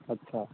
अच्छा